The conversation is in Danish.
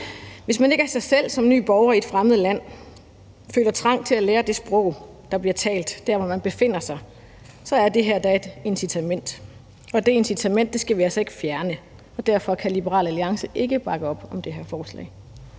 Hvis man ikke af sig selv som ny borger i et fremmed land føler trang til at lære det sprog, der bliver talt der, hvor man befinder sig, så er det her da et incitament, og det incitament skal vi altså ikke fjerne, og derfor kan Liberal Alliance ikke bakke op om det her forslag.